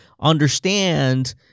understand